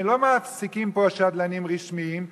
שלא מעסיקים פה שדלנים רשמיים,